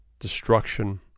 destruction